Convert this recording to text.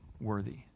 worthy